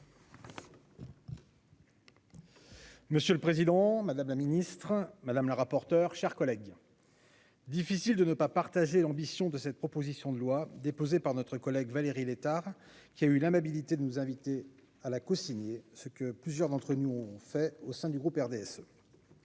Monsieur le président, madame la ministre, mes chers collègues, il est difficile de ne pas partager l'ambition de cette proposition de loi déposée par notre collègue Valérie Létard, qui a eu l'amabilité de nous inviter à la cosigner, ce que plusieurs d'entre nous ont fait au sein du groupe RDSE.